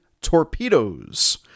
torpedoes